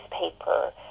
newspaper